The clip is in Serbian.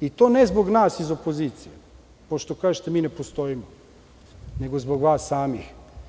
i to ne zbog nas iz opozicije, pošto kažete da mi ne postojimo, nego zbog vas samih.